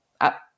up